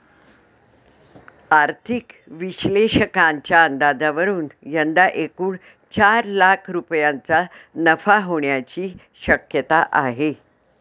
आर्थिक विश्लेषकांच्या अंदाजावरून यंदा एकूण चार लाख रुपयांचा नफा होण्याची शक्यता आहे